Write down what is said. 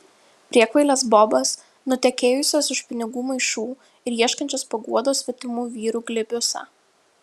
priekvailes bobas nutekėjusias už pinigų maišų ir ieškančias paguodos svetimų vyrų glėbiuose